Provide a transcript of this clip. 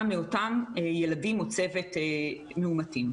שמה שקרה פה הוא התפרצות במוסד חינוך.